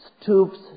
stoops